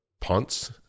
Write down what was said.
punts